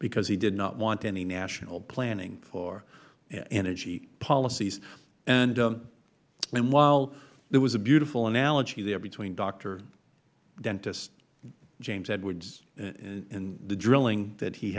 because he did not want any national planning for energy policies and while there was a beautiful analogy there between doctor dentist james edward and the drilling that he